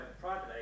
private